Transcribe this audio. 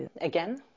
again